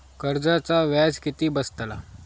कर्जाचा व्याज किती बसतला?